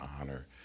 honor